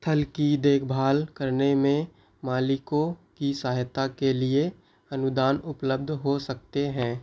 थल की देखभाल करने में मालिकों की सहायता के लिए अनुदान उपलब्ध हो सकते हैं